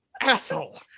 Asshole